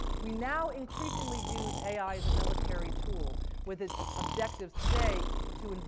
we now increasingly use ai as a military tool with its objective today to,